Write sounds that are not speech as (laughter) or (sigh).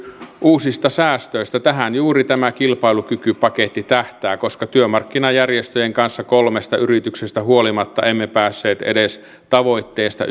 uusista säästöistä tähän juuri kilpailukykypaketti tähtää koska työmarkkinajärjestöjen kanssa kolmesta yrityksestä huolimatta emme päässeet edes tavoitteesta (unintelligible)